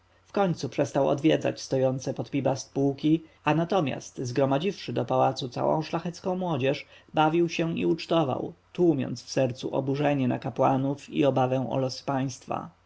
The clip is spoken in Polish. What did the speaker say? wojennych wkońcu przestał odwiedzać stojące pod pi-bast pułki a natomiast zgromadziwszy do pałacu całą szlachecką młodzież bawił się i ucztował tłumiąc w sercu oburzenie na kapłanów i obawę o losy państwa